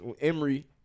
Emery